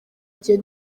gihe